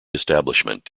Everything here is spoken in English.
establishment